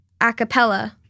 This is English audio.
acapella